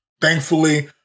Thankfully